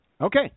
Okay